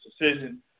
decision